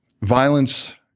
violence